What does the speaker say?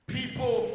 people